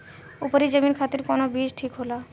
उपरी जमीन खातिर कौन बीज ठीक होला?